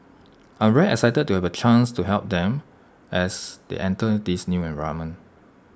I'm very excited to have A chance to help them as they enter this new environment